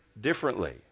differently